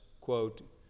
quote